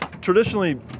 Traditionally